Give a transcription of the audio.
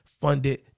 funded